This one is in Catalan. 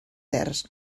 terç